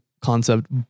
concept